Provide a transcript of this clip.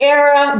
era